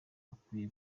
bakwiye